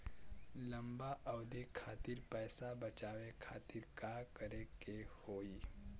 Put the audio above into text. लंबा अवधि खातिर पैसा बचावे खातिर का करे के होयी?